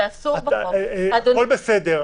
בסדר,